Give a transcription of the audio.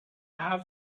have